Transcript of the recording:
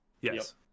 Yes